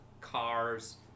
cars